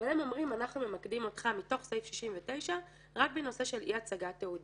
הם אומרים: אנחנו ממקדים אותך מתוך סעיף 69 רק בנושא של אי-הצגת תעודה,